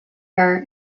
her